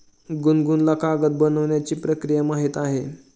गुनगुनला कागद बनवण्याची प्रक्रिया माहीत आहे